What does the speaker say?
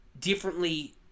differently